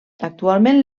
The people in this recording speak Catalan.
actualment